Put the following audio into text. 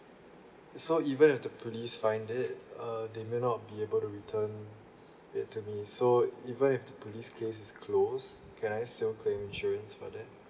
so even if the police find it uh they may not be able to return it to me so even if the police case is closed can I still claim insurance for that